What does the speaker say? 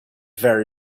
very